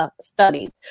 studies